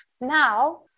Now